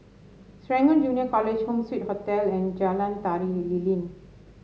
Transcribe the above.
Serangoon Junior College Home Suite Hotel and Jalan Tari Lilin